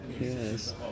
Yes